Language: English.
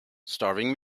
starving